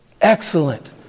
excellent